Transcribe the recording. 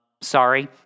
Sorry